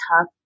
tough